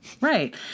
Right